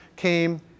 came